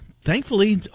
thankfully